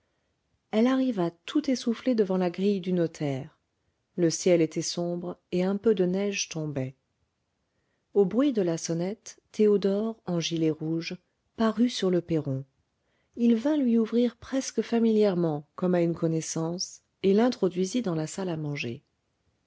elle arriva tout essoufflée devant la grille du notaire le ciel était sombre et un peu de neige tombait au bruit de la sonnette théodore en gilet rouge parut sur le perron il vint lui ouvrir presque familièrement comme à une connaissance et l'introduisit dans la salle à manger